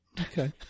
Okay